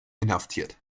inhaftiert